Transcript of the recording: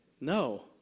No